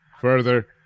further